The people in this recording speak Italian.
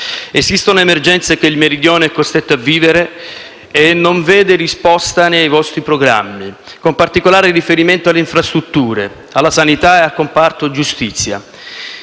Esistono emergenze che il Mezzogiorno è costretto a vivere e non vedono risposta nei vostri programmi, con particolare riferimento alle infrastrutture, alla sanità e al comparto giustizia.